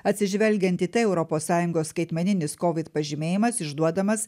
atsižvelgiant į tai europos sąjungos skaitmeninis kovid pažymėjimas išduodamas